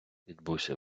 відбувся